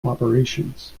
operations